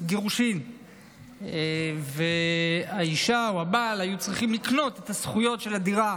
גירושי האישה או הבעל היו צריכים לקנות את הזכויות של הדירה